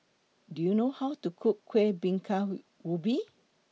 Do YOU know How to Cook Kueh Bingka Ubi